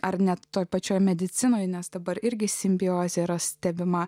ar net toje pačioje medicinoje nes dabar irgi simbiozė yra stebima